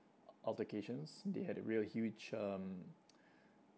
altercations they had a real huge um